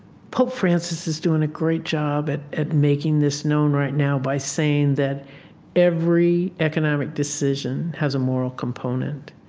pope francis is doing a great job at at making this known right now by saying that every economic decision has a moral component.